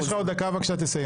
יש לך עוד דקה, בבקשה תסיים.